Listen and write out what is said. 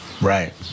Right